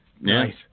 Nice